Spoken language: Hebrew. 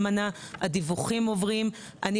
לקידום מעמד האישה ולשוויון מגדרי): <<